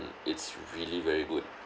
mm it's really very good